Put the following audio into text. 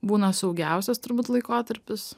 būna saugiausias turbūt laikotarpis